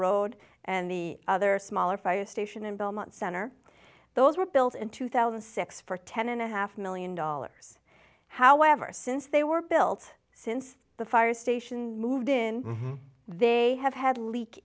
road and the other smaller fire station in belmont center those were built in two thousand and six for ten and a half million dollars however since they were built since the fire station moved in they have had leak